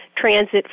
transit